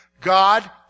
God